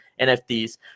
NFTs